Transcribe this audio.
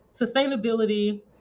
sustainability